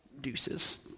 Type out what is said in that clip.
deuces